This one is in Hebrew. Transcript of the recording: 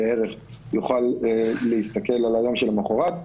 יוכל להיכנס ליום שלמוחרת.